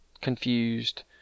confused